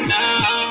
now